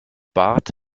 bart